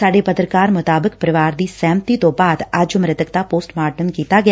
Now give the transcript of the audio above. ਸਾਡੇ ਪੱਤਰਕਾਰ ਅਨੁਸਾਰ ਪਰਿਵਾਰ ਦੀ ਸਹਿਮਤੀ ਤੋਂ ਬਾਅਦ ਅੱਜ ਮ੍ਰਿਤਕ ਦਾ ਪੋਸਟ ਮਾਰਟਮ ਕੀਤਾ ਗਿਆ